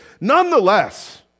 nonetheless